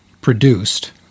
produced